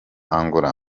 angola